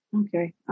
Okay